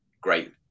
great